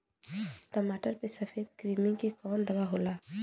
टमाटर पे सफेद क्रीमी के कवन दवा होला?